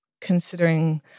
considering